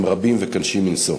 הם רבים וקשים מנשוא.